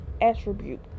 attribute